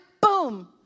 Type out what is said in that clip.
boom